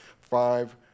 five